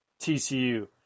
TCU